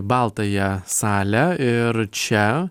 baltąją salę ir čia